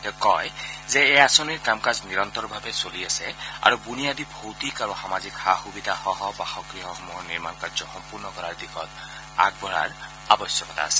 তেওঁ কয় যে এই আঁচনিৰ কাম কাজ নিৰন্তৰভাৱে চলি আছে আৰু বুনিয়াদী ভৌতিক আৰু সামাজিক সা সুবিধাসহ বাসগৃহসমূহৰ নিৰ্মাণকাৰ্য সম্পূৰ্ণ কৰাৰ দিশত আগবঢ়াৰ আৱশ্যকতা আছে